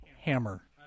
hammer